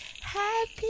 happy